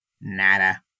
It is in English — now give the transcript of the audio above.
Nada